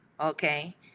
Okay